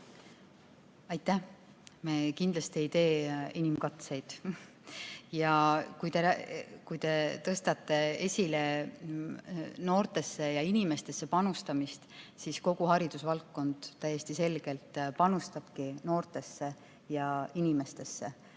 Aitäh! Me kindlasti ei tee inimkatseid. Ja kui te tõstate esile noortesse inimestesse panustamist, siis kogu haridusvaldkond täiesti selgelt panustabki noortesse inimestesse.